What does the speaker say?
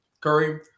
Curry